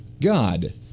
God